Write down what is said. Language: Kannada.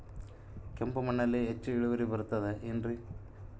ಕೆಂಪು ಮಣ್ಣಲ್ಲಿ ಹೆಚ್ಚು ಇಳುವರಿ ಬರುತ್ತದೆ ಏನ್ರಿ?